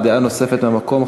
דעה נוספת מהמקום,